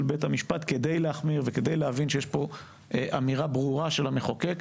בית המשפט כדי להחמיר וכדי להבין שיש פה אמירה ברורה של המחוקק.